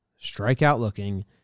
strikeout-looking